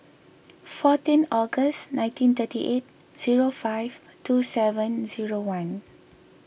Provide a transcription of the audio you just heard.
fourteen August nineteen thirty eight zero five two seven zero one